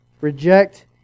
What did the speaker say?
reject